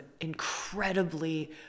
incredibly